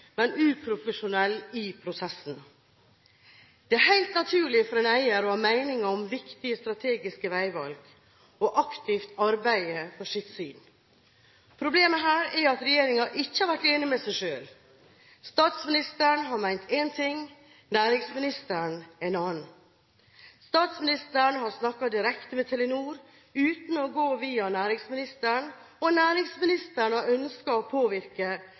men uprofesjonell i prosessen. Det er helt naturlig for en eier å ha meninger om viktige strategiske veivalg og aktivt arbeide for sitt syn. Problemet her er at regjeringen ikke har vært enig med seg selv. Statsministeren har ment én ting, næringsministeren en annen. Statsministeren har snakket direkte med Telenor, uten å gå via næringsministeren, og næringsministeren har ønsket å påvirke,